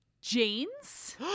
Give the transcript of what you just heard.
jeans